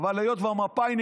אבל היות שהמפא"יניקים,